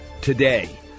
today